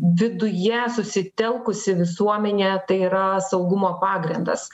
viduje susitelkusi visuomenė tai yra saugumo pagrindas